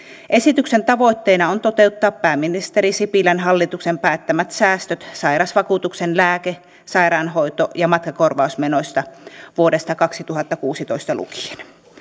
esityksen tavoitteena on toteuttaa pääministeri sipilän hallituksen päättämät säästöt sairausvakuutuksen lääke sairaanhoito ja matkakorvausmenoista vuodesta kaksituhattakuusitoista lukien